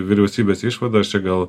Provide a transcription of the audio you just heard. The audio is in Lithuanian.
vyriausybės išvados čia gal